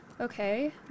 Okay